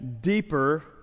deeper